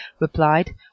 replied